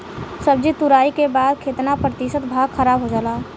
सब्जी तुराई के बाद केतना प्रतिशत भाग खराब हो जाला?